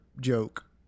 joke